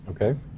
Okay